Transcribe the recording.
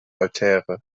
altäre